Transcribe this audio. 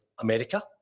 America